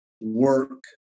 work